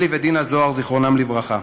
אלי ודינה זוהר, זיכרונם לברכה,